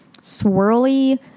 swirly